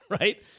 right